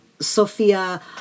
Sophia